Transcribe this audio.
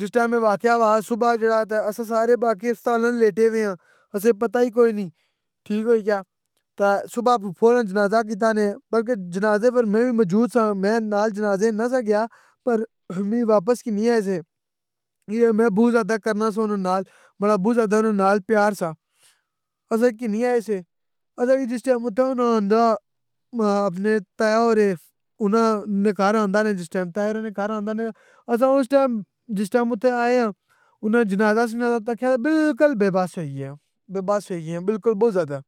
جس ٹیم اے واقعہ ہویا صبح جیڑا تے اسساں سارے پاکستان اچ لیٹے نیاں اسساں پتہ ای کوئی نہیں، ٹھیک ہوئی یا؟ تے صبح فوراً جنازہ کیتا نے، بلکے میں وی جنازے اچ موجود ساں میں نال جنازے تے نیا سا گیا، پر کیں کی واپس کننی آئے سے۔ میں باووں زیادہ کرنا ساں اننا نال، ماڑا باوں زیادہ اننا نے نال پیار سا۔ اسساں کننی آئے سے، پتہ نی جس ٹائم اتھاں ہونا جیڑے اپنے طہر اوریں، اننا جدھوں نکالی آندا اے، جس ٹائم طائر ہونے گھر آندا نے، اسساں اس ٹائم جس ٹائم اتھے آیاں اننا جنازہ شنازہ تککیا، تے بلکل، بے بس ہوئی یاں، بے بس ہوئی یاں، بہت زیادہ۔